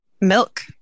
Milk